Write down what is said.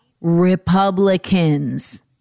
Republicans